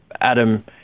Adam